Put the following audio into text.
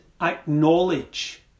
acknowledge